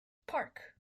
park